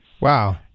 Wow